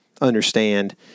understand